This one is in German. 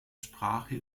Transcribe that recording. sprache